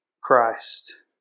Christ